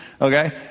Okay